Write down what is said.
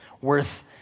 worth